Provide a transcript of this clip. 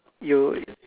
you